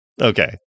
Okay